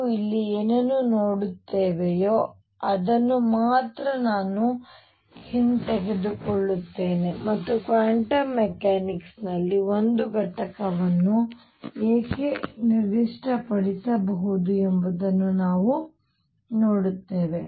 ನಾವು ಇಲ್ಲಿ ಏನನ್ನು ನೋಡುತ್ತೇವೆಯೋ ಅದನ್ನು ಮಾತ್ರ ನಾನು ಹಿಂತೆಗೆದುಕೊಳ್ಳುತ್ತೇನೆ ಮತ್ತು ಕ್ವಾಂಟಮ್ ಮೆಕ್ಯಾನಿಕ್ಸ್ನಲ್ಲಿ ಒಂದು ಘಟಕವನ್ನು ಏಕೆ ನಿರ್ದಿಷ್ಟಪಡಿಸಬಹುದು ಎಂಬುದನ್ನು ನಾವು ನೋಡುತ್ತೇವೆ